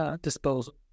disposal